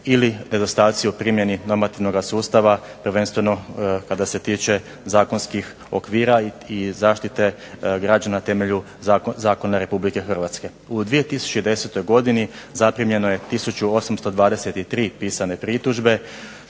ili nedostaci u primjeni normativnoga sustava, prvenstveno kada se tiče zakonskih okvira i zaštite građana na temelju zakona Republike Hrvatske. U 2010. godini zaprimljeno je tisuću 823 pisane pritužbe,